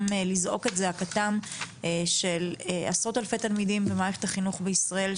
לזעוק את זעקתם של עשרות-אלפי תלמידים במערכת החינוך בישראל,